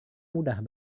mudah